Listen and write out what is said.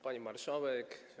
Pani Marszałek!